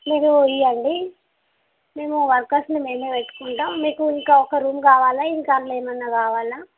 మీరు ఇవ్వండి మేము వర్కర్స్ని మేమే పెట్టుకుంటాం మీకు ఇంకా ఒక రూమ్ కావాలా ఇంకా అందులో ఏమన్నా కావాలా